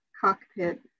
cockpit